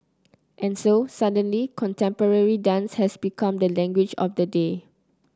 and so suddenly contemporary dance has become the language of the day